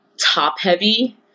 top-heavy